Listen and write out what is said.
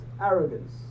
arrogance